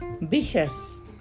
Vicious